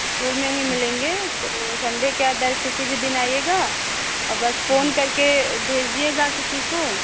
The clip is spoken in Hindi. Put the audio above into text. इस्कूल में ही मिलेंगे तो संडे के अदर किसी भी दिन आइएगा बस फ़ोन करके भेज़जिएगा किसी को